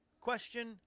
question